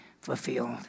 fulfilled